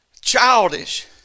childish